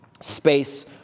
space